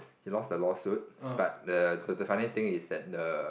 he lost the lawsuit but the the funny thing is that the